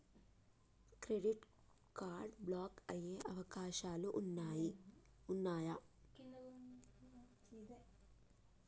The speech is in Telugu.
క్రెడిట్ కార్డ్ బ్లాక్ అయ్యే అవకాశాలు ఉన్నయా?